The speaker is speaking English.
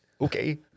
Okay